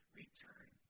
return